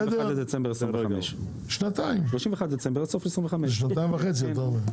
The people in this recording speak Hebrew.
31 בדצמבר עד סוף 2025. שנתיים וחצי אתה אומר?